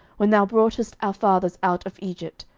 when thou broughtest our fathers out of egypt,